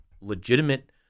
legitimate